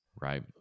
right